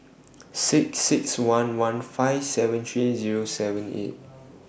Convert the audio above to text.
six six one one five seven three Zero seven eight